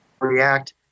react